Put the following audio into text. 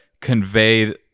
convey